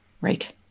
right